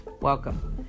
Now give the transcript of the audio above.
Welcome